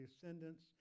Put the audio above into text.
descendants